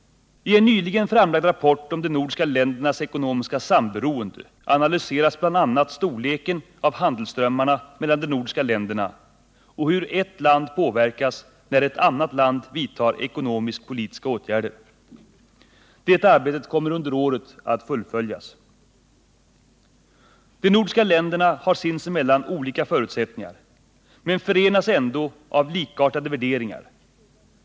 I en nyligen framlagd rapport om de nordiska ländernas ekonomiska samberoende analyseras bl.a. storleken av handelsströmmarna mellan de nordiska länderna och hur ett land påverkas när ett annat land vidtar ekonomisk-politiska åtgärder. Det arbetet kommer under året att fullföljas. De nordiska länderna har sinsemellan olika förutsättningar men förenas ändå av likartade värderingar.